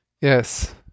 yes